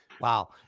Wow